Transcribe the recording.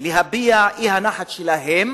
להביע את האי-נחת שלהם